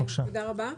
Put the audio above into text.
תודה רבה.